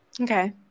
Okay